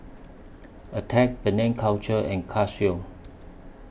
Attack Penang Culture and Casio